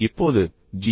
இப்போது ஜி